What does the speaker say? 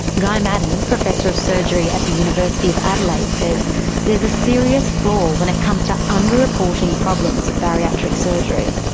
guy maddern, professor of surgery at the university of adelaide, says there's a serious flaw when it comes to under-reporting problems with bariatric surgery.